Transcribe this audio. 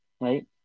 right